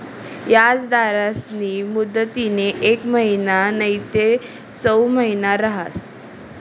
याजदरस्नी मुदतनी येक महिना नैते सऊ महिना रहास